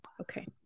Okay